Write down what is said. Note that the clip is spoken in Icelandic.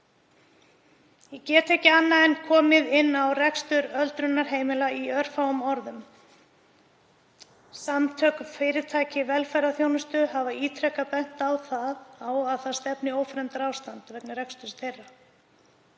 Ég get ekki annað en komið inn á rekstur öldrunarheimila í örfáum orðum. Samtök fyrirtækja í velferðarþjónustu hafa ítrekað bent á að það stefni í ófremdarástand vegna reksturs þeirra.